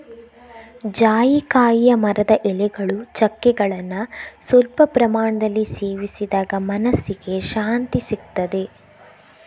ಜಾಯಿಕಾಯಿಯ ಮರದ ಎಲೆಗಳು, ಚಕ್ಕೆಗಳನ್ನ ಸ್ವಲ್ಪ ಪ್ರಮಾಣದಲ್ಲಿ ಸೇವಿಸಿದಾಗ ಮನಸ್ಸಿಗೆ ಶಾಂತಿಸಿಗ್ತದೆ